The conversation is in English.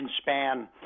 span